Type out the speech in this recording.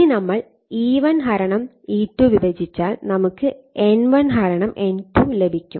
ഇനി നമ്മൾ E1 E2 വിഭജിച്ചാൽ നമുക്ക് N1 N2 ലഭിക്കും